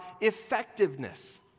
effectiveness